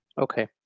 Okay